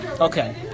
Okay